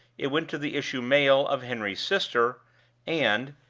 it went to the issue male of henry's sister and,